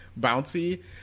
bouncy